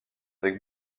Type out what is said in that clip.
avec